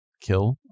kill